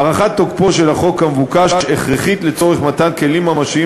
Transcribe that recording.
הארכת תוקפו של החוק כמבוקש הכרחית לצורך מתן כלים ממשיים